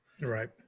Right